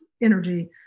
energy